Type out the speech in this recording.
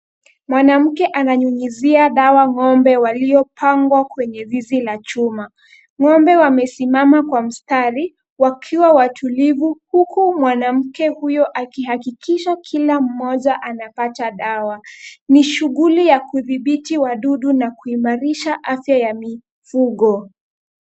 Mwanamke ananyunyuzia dawa ng'ombe waliopangwa kwenye zizi la chuma. Ng'ombe wamesimama kwa mstari wakiwa watulivu huku mwanamke huyo akihakikisha kila mmoja anapata dawa. Ni shughuli ya kudhibiti wadudu na kuimarisha afya ya mifugo.